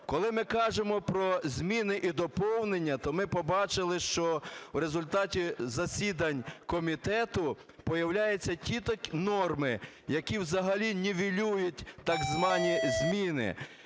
Коли ми кажемо про зміни і доповнення, то ми побачили, що в результаті засідань комітету появляються ті норми, які взагалі нівелюють так звані зміни.